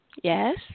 Yes